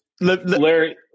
Larry